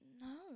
No